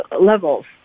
levels